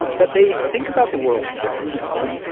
but they think about the world differently. i mean,